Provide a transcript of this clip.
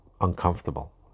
uncomfortable